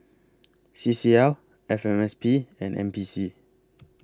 C C L F M S P and N P C